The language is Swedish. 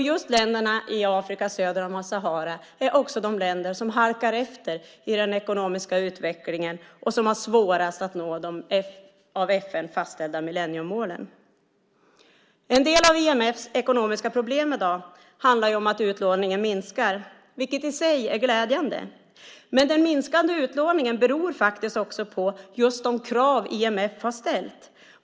Just länderna i Afrika söder om Sahara är också de länder som halkar efter i den ekonomiska utvecklingen och som har svårast att nå de av FN fastställda millenniemålen. En del av IMF:s ekonomiska problem i dag handlar om att utlåningen minskar, vilket i sig är glädjande. Men den minskande utlåningen beror faktiskt också på just de krav IMF har ställt.